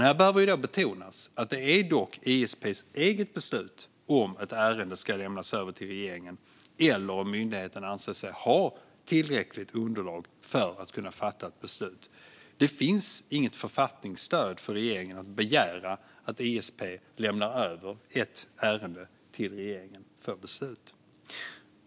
Här behöver dock betonas att det är ISP:s eget beslut om ett ärende ska lämnas över till regeringen eller om myndigheten anser sig ha tillräckligt underlag för att kunna fatta ett beslut. Det finns inget författningsstöd för regeringen att begära att ISP lämnar över ett ärende till regeringen för beslut.